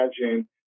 imagine